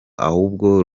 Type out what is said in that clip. ahubwo